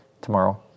Tomorrow